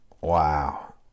Wow